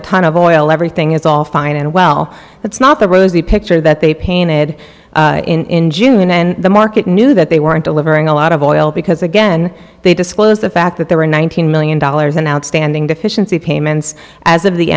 a ton of oil everything is all fine and well that's not the rosy picture that they painted in june and the market knew that they weren't delivering a lot of oil because again they disclosed the fact that there were nineteen million dollars in outstanding deficiency payments as of the